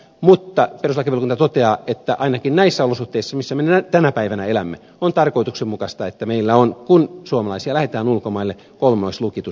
mutta perustuslakivaliokunta toteaa että ainakin näissä olosuhteissa missä me tänä päivänä elämme on tarkoituksenmukaista että meillä on kun suomalaisia lähetetään ulkomaille kolmoislukitus